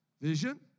vision